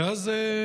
ואז,